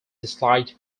disliked